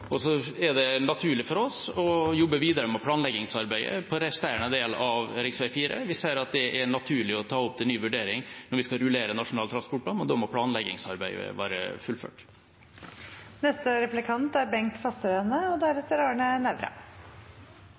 og så er det naturlig for oss å jobbe videre med planleggingsarbeidet på resterende del av rv. 4. Vi ser at det er naturlig å ta opp til ny vurdering når vi skal rullere Nasjonal transportplan, og da må planleggingsarbeidet være fullført. For noen måneder siden presenterte finansministeren fra Høyre perspektivmeldingen, og